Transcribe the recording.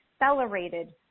accelerated